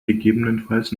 gegebenenfalls